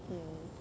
mm